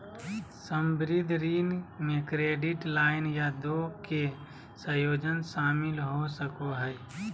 संबंद्ध ऋण में क्रेडिट लाइन या दो के संयोजन शामिल हो सको हइ